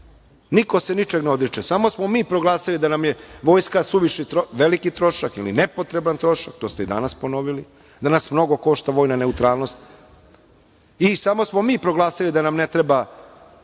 niko se nikoga ne odriče. Samo smo mi proglasili da nam je vojska suviše veliki trošak ili nepotreban trošak, to ste i danas ponovili, da nas mnogo košta vojna neutralnost i samo smo mi proglasili da nam ne treba